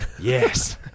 Yes